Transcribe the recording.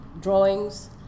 drawings